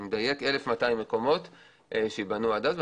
אני אדייק 1,200 מקומות שייבנו עד אז.